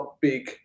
big